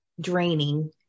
draining